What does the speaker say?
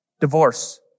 Divorce